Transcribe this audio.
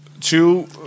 two